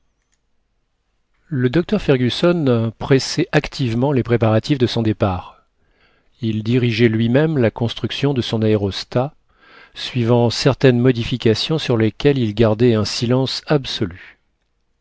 le docteur fergusson pressait activement les préparatifs de son départ il dirigeait lui-même la construction de son aérostat suivant certaines modifications sur lesquelles il gardait un silence absolu